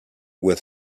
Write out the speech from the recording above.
with